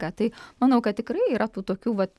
ką tai manau kad tikrai yra tų tokių vat